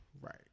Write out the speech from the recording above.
Right